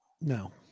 No